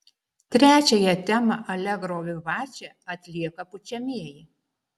trečiąją temą alegro vivače atlieka pučiamieji